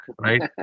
right